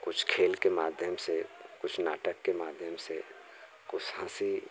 कुछ खेल के माध्यम से कुछ नाटक के माध्यम से कुछ हँसी